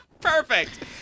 Perfect